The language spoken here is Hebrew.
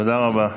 תודה רבה.